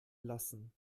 lassen